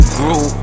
grew